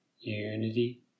unity